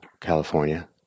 California